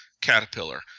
caterpillar